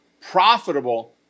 profitable